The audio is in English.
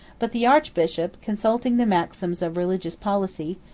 but the archbishop, consulting the maxims of religious policy,